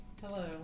Hello